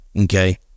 Okay